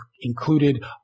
included